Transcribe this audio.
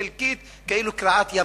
חלקית, כאילו היא קריעת ים-סוף?